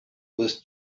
was